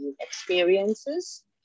experiences